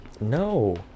No